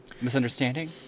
Misunderstanding